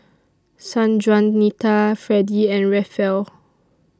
Sanjuanita Freddy and Rafael